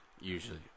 usually